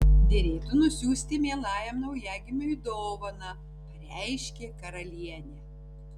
derėtų nusiųsti mielajam naujagimiui dovaną pareiškė karalienė